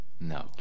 No